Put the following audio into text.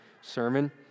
sermon